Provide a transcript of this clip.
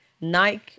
Nike